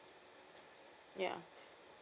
ya